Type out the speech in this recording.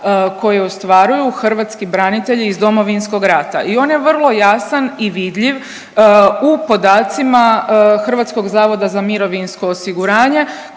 koji ostvaruju hrvatski branitelji iz Domovinskog rata i one vrlo jasan i vidljiv u podacima HZMO-a koji se